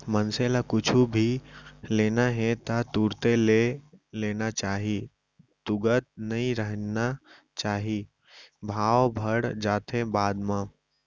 मनसे ल कुछु भी लेना हे ता तुरते ले लेना चाही तुगत नइ रहिना चाही भाव बड़ जाथे बाद म